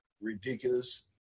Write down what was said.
ridiculous